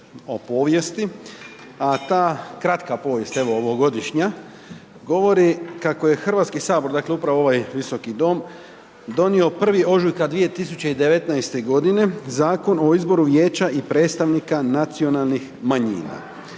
o povijesti, a ta kratka povijest, evo, ovogodišnja, govori kako je HS, dakle, upravo ovaj Visoki dom, donio 1. ožujka 2019.g. Zakon o izboru vijeća i predstavnika nacionalnih manjina.